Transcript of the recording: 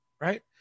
right